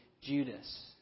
Judas